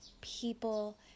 people